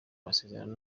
amasezerano